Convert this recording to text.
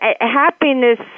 Happiness